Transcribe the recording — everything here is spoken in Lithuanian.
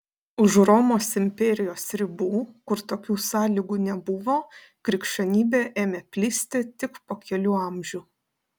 už romos imperijos ribų kur tokių sąlygų nebuvo krikščionybė ėmė plisti tik po kelių amžių